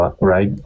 right